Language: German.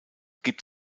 gibt